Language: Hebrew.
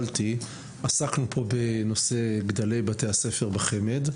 עסקנו פה בנושא גודל בתי הספר בחמ"ד.